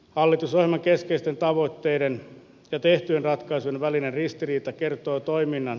hallitusohjelman keskeisten tavoitteiden ne tehtyyn ratkaisun välinen ristiriita kertoo toiminnan